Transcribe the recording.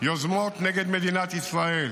יוזמות נגד מדינת ישראל.